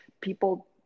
people